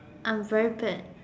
I'm very bad